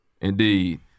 Indeed